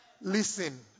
Listen